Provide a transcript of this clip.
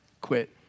quit